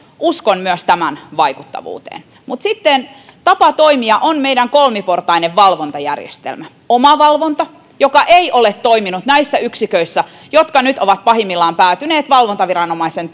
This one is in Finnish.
uskon myös tämän vaikuttavuuteen mutta sitten tapa toimia on meidän kolmiportainen valvontajärjestelmämme omavalvonta joka ei ole toiminut näissä yksiköissä jotka nyt ovat pahimmillaan päätyneet valvontaviranomaisen